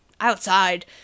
outside